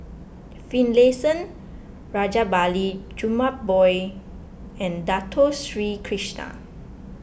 Finlayson Rajabali Jumabhoy and Dato Sri Krishna